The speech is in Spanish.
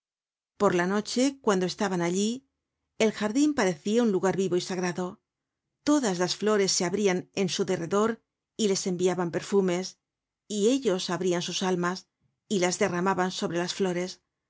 por la noche cuando estaban allí el jardin parecia un lugar vivo y sagrado todas las flores se abrian en su derredor y les enviaban perfumes y ellos abrian sus almas y las derramaban sobre las flores